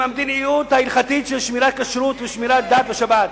המדיניות ההלכתית של שמירת כשרות ושמירת דת ושבת?